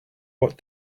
what